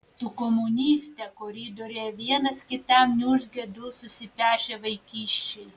tu komuniste koridoriuje vienas kitam niurzgia du susipešę vaikiščiai